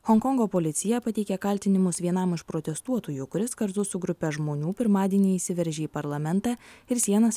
honkongo policija pateikė kaltinimus vienam iš protestuotojų kuris kartu su grupe žmonių pirmadienį įsiveržė į parlamentą ir sienas